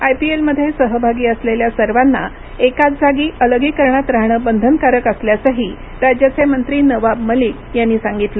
आयपीएलमध्ये सहभागी असलेल्या सर्वांना एकाच जागी अलगीकरणात रहाणं बंधनकारक असल्याचंही राज्याचे मंत्री नवाब मलिक यांनी सांगितलं